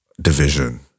division